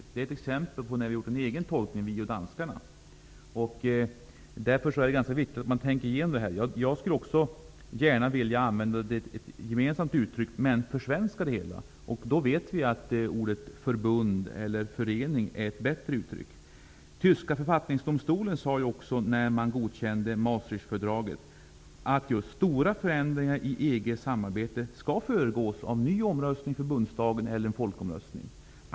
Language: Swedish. Det här är ett exempel på att vi och danskarna har gjort en egen tolkning. Därför är det viktigt att tänka igenom denna fråga. Jag skulle gärna vilja använda ett gemensamt uttryck -- men kunna försvenska det hela. Då vet vi att ordet förbund eller förening är ett bättre uttryck. Tyska författningsdomstolen uttalade vid dess godkännande av Maastrichtfördraget att just stora förändringar i EG:s samarbete skall föregås av ny omröstning i Förbundsdagen eller en folkomröstning.